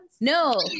no